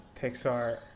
Pixar